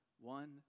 One